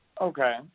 Okay